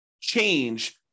change